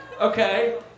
Okay